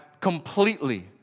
completely